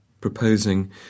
proposing